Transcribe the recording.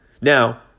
Now